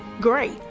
great